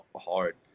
hard